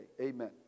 Amen